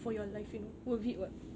for your life you know worth it [what]